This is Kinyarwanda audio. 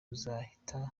tuzahita